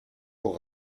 pour